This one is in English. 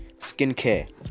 skincare